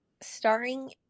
Starring